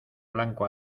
blanco